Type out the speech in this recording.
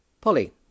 Polly